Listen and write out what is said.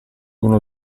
uno